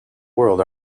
world